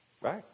right